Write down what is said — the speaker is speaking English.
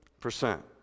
percent